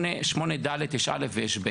ב-8ד יש (א) ויש (ב),